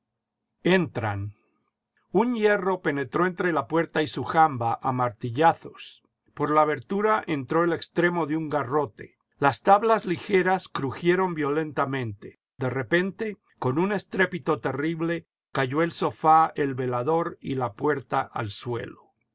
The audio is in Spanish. entraxx un hierro penetró entre la puerta y su jamba a martillazos por la abertura entró el extremo de un garrote las tablas ligeras crujieron violentamente de repente con un estrépito terrible cayó el sofá el velador y la puerta al suelo